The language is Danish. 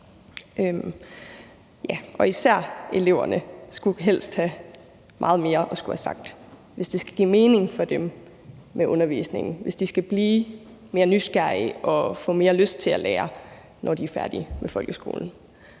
især eleverne skulle helst have meget mere at skulle have sagt, hvis det skal give mening for dem med undervisningen, og hvis de skal blive mere nysgerrige og få mere lyst til at lære, når de er færdige med folkeskolen.